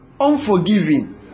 unforgiving